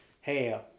hey